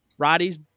Roddy's